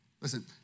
Listen